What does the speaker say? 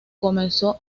comenzó